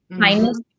kindness